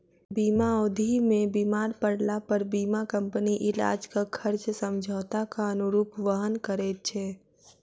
बीमा अवधि मे बीमार पड़लापर बीमा कम्पनी इलाजक खर्च समझौताक अनुरूप वहन करैत छै